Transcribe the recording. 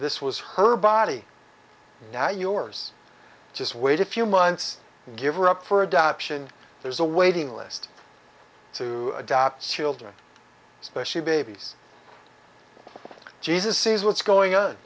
this was her body now yours just wait a few months give are up for adoption there's a waiting list to adopt children especially babies jesus sees what's going on